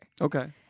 Okay